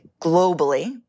globally